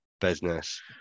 business